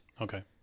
okay